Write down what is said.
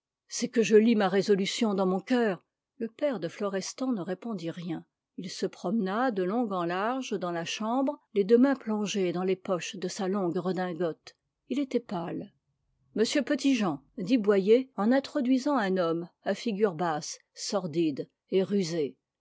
c'est que je lis ma résolution dans mon coeur le père de florestan ne répondit rien il se promena de long en large dans la chambre les deux mains plongées dans les poches de sa longue redingote il était pâle monsieur petit-jean dit boyer en introduisant un homme à figure basse sordide et rusée